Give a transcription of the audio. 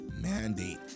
mandate